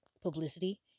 publicity